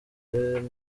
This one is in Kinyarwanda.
ndabyemera